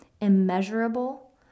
immeasurable